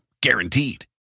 Guaranteed